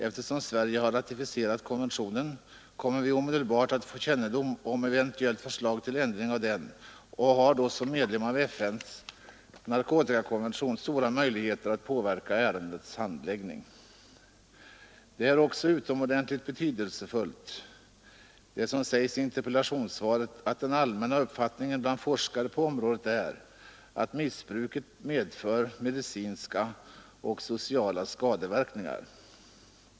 Eftersom Sverige har ratificerat konventionen kommer vi omedelbart att få kännedom om eventuellt förslag till ändring av den och har då som medlem av FN:s narkotikakommission stora möjligheter att påverka ärendets handläggning.” Det är också utomordentligt betydelsefullt att, som sägs i interpellationssvaret, den allmänna uppfattningen bland forskare på området är att missbruket av cannabis medför medicinska och sociala skadeverkningar.